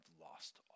lost